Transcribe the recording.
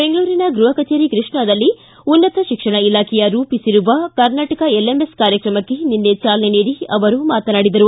ಬೆಂಗಳೂರಿನ ಗೃಹ ಕಚೇರಿ ಕೃಷ್ಣಾದಲ್ಲಿ ಉನ್ನತ ಶಿಕ್ಷಣ ಇಲಾಖೆಯು ರೂಪಿಸಿರುವ ಕರ್ನಾಟಕ ಎಲ್ಎಂಎಸ್ ಕಾರ್ಯಕ್ರಮಕ್ಕೆ ನಿನ್ನೆ ಚಾಲನೆ ನೀಡಿ ಅವರು ಮಾತನಾಡಿದರು